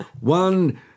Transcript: one